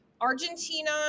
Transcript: Argentina